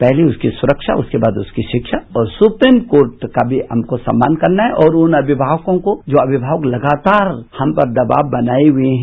पहली उसकी सुरक्षा उसके बाद उसकी शिक्षा और सुप्रीम कोर्ट का भी हमको सम्मान करना है और उन अभिभावकों को जो अभिभावक लगातार हम पर दबाव बनाए हुए है